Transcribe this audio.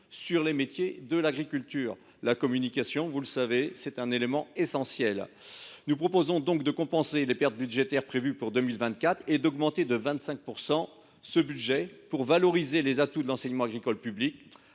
sur les métiers de l’agriculture. La communication étant à nos yeux un élément essentiel, nous proposons de compenser les pertes budgétaires prévues pour 2024 et d’augmenter de 25 % le budget dédié, afin de valoriser les atouts de l’enseignement agricole public,